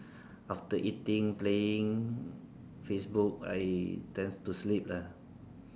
after eating playing Facebook I tend to sleep lah